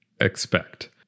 expect